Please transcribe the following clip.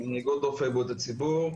איגוד רופאי בריאות הציבור,